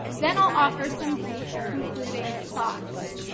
then i'll offer some brief, concluding thoughts.